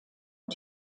und